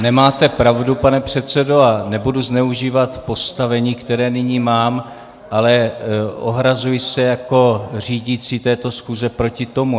Nemáte pravdu, pane předsedo, a nebudu zneužívat postavení, které nyní mám, ale ohrazuji se jako řídící této schůze proti tomu.